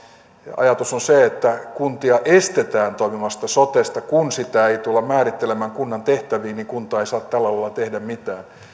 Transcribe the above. ajatus on se että kuntia estetään toimimasta sotessa ja kun sitä ei tulla määrittelemään kunnan tehtäviin niin kunta ei saa tällä alalla tehdä mitään